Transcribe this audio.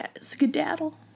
skedaddle